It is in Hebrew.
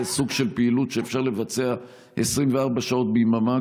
זה סוג של פעילות שאפשר לבצע 24 שעות ביממה,